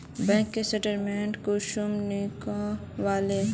Bank के statement कुंसम नीकलावो?